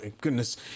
goodness